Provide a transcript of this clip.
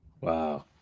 Wow